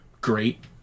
Great